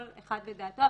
כל אחד ודעתו,